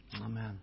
Amen